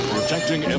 Protecting